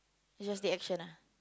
it's just the action ah